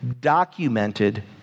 documented